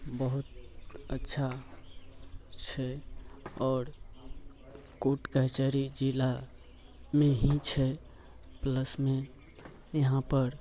बहुत अच्छा छै आओर कोट कचहरी जिलामे ही छै प्लसमे यहाँपर